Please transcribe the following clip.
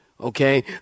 Okay